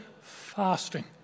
fasting